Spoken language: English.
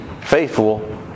faithful